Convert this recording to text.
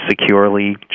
securely